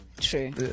True